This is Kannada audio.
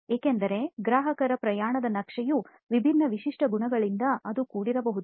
ಏಕೆಂದರೆ ಗ್ರಾಹಕರ ಪ್ರಯಾಣದ ನಕ್ಷೆಯು ವಿಭಿನ್ನ ವಿಶಿಷ್ಟ ಗುಣಗಳಿಂದ ಅದು ಕೂಡಿರಬಹುದು